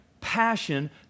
passion